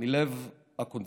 מלב הקונסנזוס.